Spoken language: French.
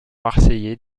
marseillais